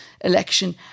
election